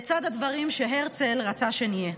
לצד הדברים שהרצל רצה שנהיה?